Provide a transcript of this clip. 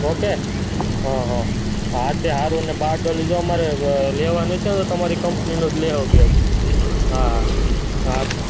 okay હં હં હા તે સારું ને બારડોલી જો અમારે લેવાનો હશે ને તો તમારી કંપનીનો જ લઇશું ગેસ હા હા હા તે